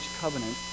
covenant